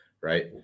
Right